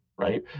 Right